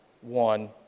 one